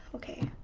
okay.